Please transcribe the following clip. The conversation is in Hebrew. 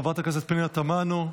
חברת הכנסת פנינה תמנו,